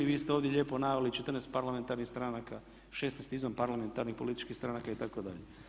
Vi ste ovdje lijepo naveli 14 parlamentarnih stranaka, 16 izvanparlamentarnih političkih stranaka itd.